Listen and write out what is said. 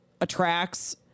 attracts